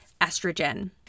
estrogen